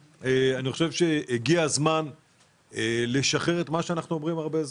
אני חושב שהגיע הזמן לשחרר את מה שאנחנו אומרים הרבה זמן,